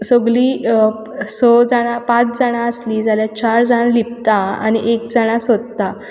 सगलीं स जाणां पांच जाणां आसलीं जाल्यार चार जाणां लिपता आनी एक जाणां सोदता